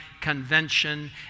convention